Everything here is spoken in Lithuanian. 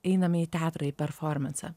einame į teatrą į performansą